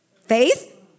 Faith